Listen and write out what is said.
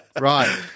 Right